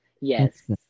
Yes